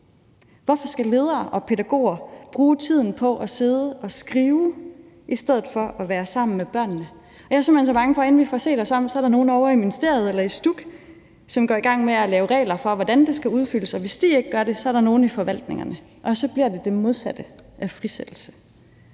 Hvorfor skal ledere og pædagoger bruge tiden på at sidde og skrive i stedet for at være sammen med børnene? Jeg er simpelt hen så bange for, at der, inden vi får set os om, er nogle ovre i ministeriet eller i STUK, som går i gang med at lave regler for, hvordan det skal udfyldes, og hvis de ikke gør det, er der nogle i forvaltningerne, der gør det, og så bliver det det modsatte af frisættelse.